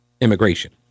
immigration